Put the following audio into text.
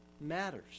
matters